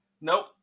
Nope